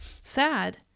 Sad